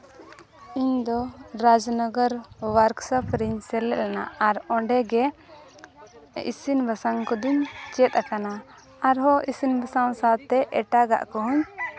ᱤᱧᱫᱚ ᱨᱟᱡᱽᱱᱚᱜᱚᱨ ᱳᱟᱨᱠᱥᱚᱯ ᱨᱮᱧ ᱥᱮᱞᱮᱫ ᱞᱮᱱᱟ ᱟᱨ ᱚᱸᱰᱮ ᱜᱮ ᱤᱥᱤᱱ ᱵᱟᱥᱟᱝ ᱠᱚᱫᱚᱧ ᱪᱮᱫ ᱟᱠᱟᱱᱟ ᱟᱨᱦᱚᱸ ᱤᱥᱤᱱ ᱵᱟᱥᱟᱝ ᱥᱟᱶᱛᱮ ᱮᱴᱟᱜᱟᱜ ᱠᱚᱦᱚᱸ